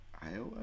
Iowa